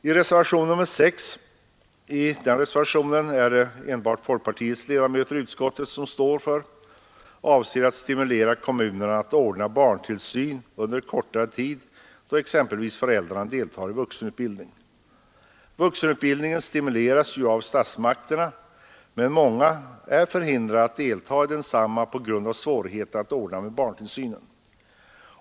I reservationen 6 — som enbart folkpartiets ledamöter av utskottet står för — framläggs förslag för att stimulera kommunerna att ordna barntillsyn under kortare tid, exempelvis då föräldrarna deltar i vuxenutbildning. Denna stöds ju av statsmakterna, men många är förhindrade att delta i densamma på grund av svårigheter att ordna med barntillsyn.